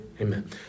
Amen